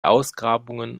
ausgrabungen